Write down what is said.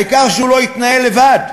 העיקר שהוא לא יתנהל לבד,